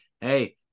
hey